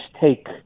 take